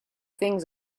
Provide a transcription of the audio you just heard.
things